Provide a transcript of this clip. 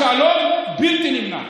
השלום בלתי נמנע.